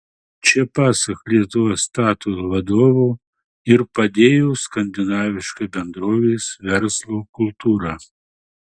čia pasak lietuva statoil vadovo ir padėjo skandinaviška bendrovės verslo kultūra